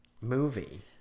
movie